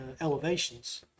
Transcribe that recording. Elevations